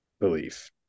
belief